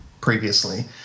previously